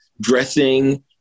dressing